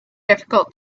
difficult